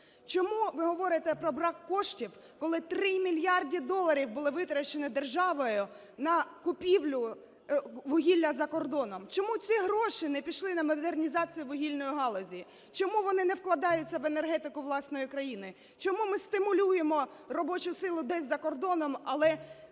Чому ви говорите про брак коштів, коли 3 мільярди доларів були витрачені державою на купівлю вугілля за кордоном? Чому ці гроші не пішли на модернізацію вугільної галузі? Чому вони не вкладаються в енергетику власної країни? Чому ми стимулюємо робочу силу десь за кордоном, але